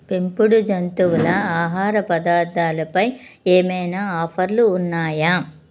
పెంపుడు జంతువుల ఆహార పదార్థాలపై ఏమైనా ఆఫర్లు ఉన్నాయా